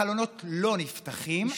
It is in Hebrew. החלונות לא נפתחים.